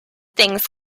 things